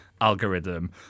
algorithm